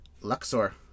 Luxor